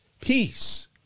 peace